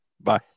Bye